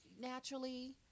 naturally